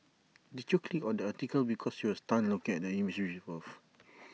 did you click on this article because you were stunned looking at the image above